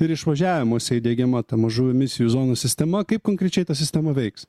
ir išvažiavimuose įdiegiama ta mažų emisijų zonų sistema kaip konkrečiai ta sistema veiks